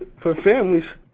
for families